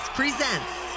presents